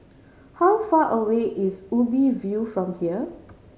how far away is Ubi View from here